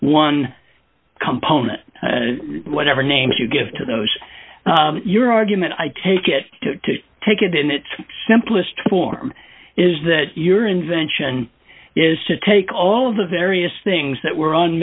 one component whatever names you give to those your argument i take it to take it in its simplest form is that your invention is to take all of the various things that were on